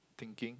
thinking